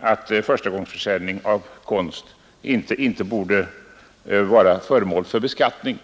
att förstagångsförsäljning av konst inte skall vara föremål för beskattning.